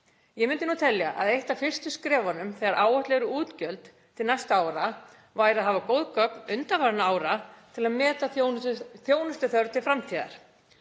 Ég myndi telja að eitt af fyrstu skrefunum þegar áætluð eru útgjöld til næstu ára væri að hafa góð gögn undanfarinna ára til að meta þjónustuþörf til framtíðar.